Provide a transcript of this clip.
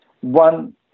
One